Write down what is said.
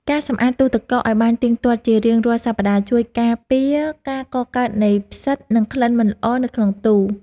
ការសម្អាតទូរទឹកកកឱ្យបានទៀងទាត់ជារៀងរាល់សប្តាហ៍ ជួយការពារការកកើតនៃផ្សិតនិងក្លិនមិនល្អនៅក្នុងទូរ។